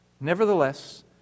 Nevertheless